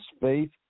faith